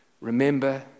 remember